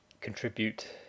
contribute